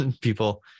people